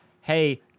hey